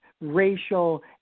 racial